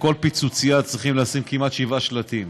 שבכל פיצוצייה צריכים לשים כמעט שבעה שלטים: